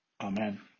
Amen